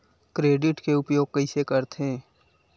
Credit के उपयोग कइसे करथे?